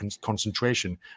concentration